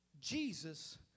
Jesus